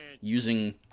using